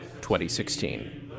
2016